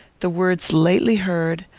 the words lately heard,